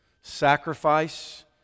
sacrifice